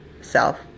self